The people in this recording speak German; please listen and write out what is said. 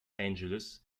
angeles